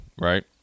right